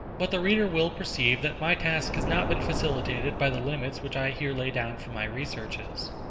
but the reader will perceive that my task has not been facilitated by the limits which i here lay down for my researches.